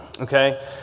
Okay